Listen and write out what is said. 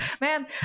Man